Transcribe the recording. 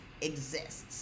exists